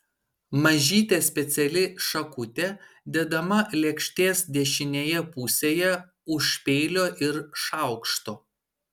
mažytė speciali šakutė dedama lėkštės dešinėje pusėje už peilio ir šaukšto